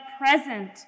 present